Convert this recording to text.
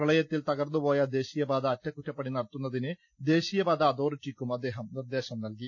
പ്രളയത്തിൽ തകർന്നുപോയ ദേശീയപാത അറ്റകുറ്റപ്പണി നടത്തുന്നതിന് ദേശീയപാതാ അതോറിട്ടിക്കൂം അദ്ദേഹം നിർദ്ദേശം നൽകി